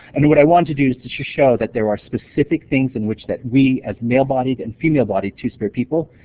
and what i want to do is to show is that there are specific things in which that we as male-bodied and female-bodied two-spirit people,